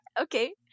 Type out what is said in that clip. okay